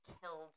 killed